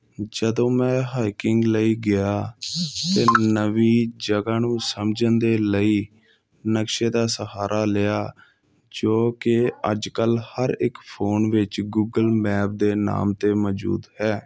ਜਦੋਂ ਮੈਂ ਹਾਈਕਿੰਗ ਲਈ ਗਿਆ ਤਾਂ ਨਵੀਂ ਜਗ੍ਹਾ ਨੂੰ ਸਮਝਣ ਦੇ ਲਈ ਨਕਸ਼ੇ ਦਾ ਸਹਾਰਾ ਲਿਆ ਜੋ ਕਿ ਅੱਜ ਕੱਲ੍ਹ ਹਰ ਇੱਕ ਫੋਨ ਵਿੱਚ ਗੂਗਲ ਮੈਪ ਦੇ ਨਾਮ 'ਤੇ ਮੌਜੂਦ ਹੈ